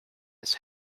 his